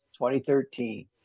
2013